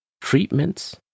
treatments